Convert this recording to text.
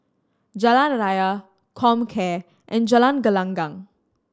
Jalan Raya Comcare and Jalan Gelenggang